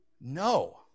No